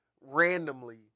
Randomly